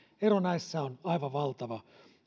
ero näissä on aivan valtava